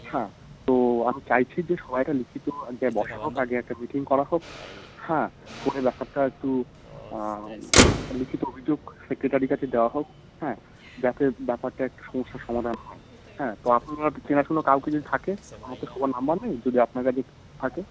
হ্যাঁ তো আমি চাইছি যে সবাই একটা লিখিত এক জায়গায় বসা হোক আগে একটা মিটিং করা হোক হ্যাঁ করে রাখাটা একটু লিখিত অভিযোগ সেক্রেটারির কাছে দেওয়া হোক হ্যাঁ যাতে ব্যাপারটা একটু সমস্যার সমাধান হয় হ্যাঁ তো আপনার যে চেনাশুনো কাউকে যদি থাকে আমার তো সবার নাম্বার নেই যদি আপনার কাছে থাকে